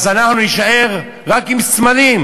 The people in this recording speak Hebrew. אז אנחנו נישאר רק עם סמלים.